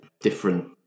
different